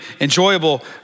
enjoyable